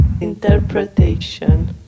Interpretation